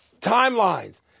timelines